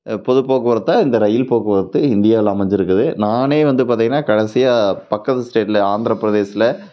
பொதுப்போக்குவரத்தாக இந்த ரயில் போக்குவரத்து இந்தியாவில் அமைஞ்சிருக்குது நான் வந்து பார்த்திங்கன்னா கடைசியாக பக்கத்து ஸ்டேட்டில் ஆந்திரப்பிரதேசத்தில்